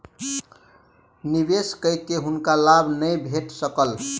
निवेश कय के हुनका लाभ नै भेट सकल